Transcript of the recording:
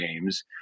games